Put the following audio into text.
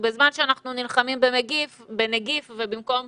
בזמן שאנחנו נלחמים בנגיף ובמקום